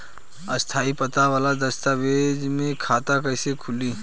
स्थायी पता वाला दस्तावेज़ से खाता कैसे खुली?